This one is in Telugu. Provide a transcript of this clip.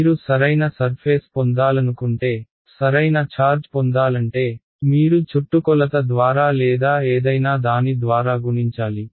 మీరు సరైన సర్ఫేస్ పొందాలనుకుంటే సరైన ఛార్జ్ పొందాలంటే మీరు చుట్టుకొలత ద్వారా లేదా ఏదైనా దాని ద్వారా గుణించాలి